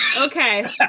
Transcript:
Okay